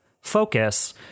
focus